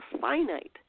finite